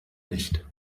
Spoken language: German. nicht